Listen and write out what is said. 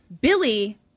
Billy